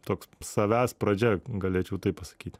toks savęs pradžia galėčiau taip pasakyt